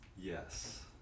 Yes